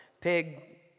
pig